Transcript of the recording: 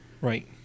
Right